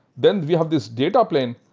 then we have this data plane.